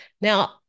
Now